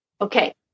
Okay